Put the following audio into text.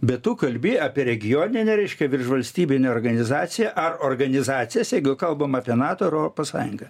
bet tu kalbi apie regioninę reiškia virš valstybinę organizaciją ar organizacijas jeigu kalbam apie nato europos sąjungą